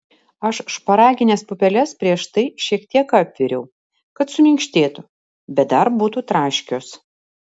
aš šparagines pupeles prieš tai šiek tiek apviriau kad suminkštėtų bet dar būtų traškios